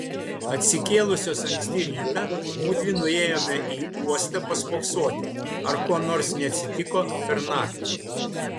atsikėlusios anksti rytą mudvi nuėjome į uostą paspoksoti ar ko nors neatsitiko per naktį